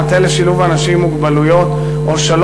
המטה לשילוב אנשים עם מוגבלות בשוק